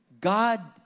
God